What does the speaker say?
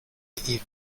evening